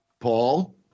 Paul